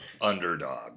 Underdog